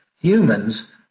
humans